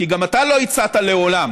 כי גם אתה לא הצעת: לעולם.